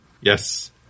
Yes